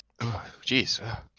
Jeez